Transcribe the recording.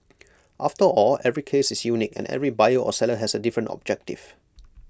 after all every case is unique and every buyer or seller has A different objective